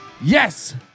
Yes